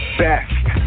best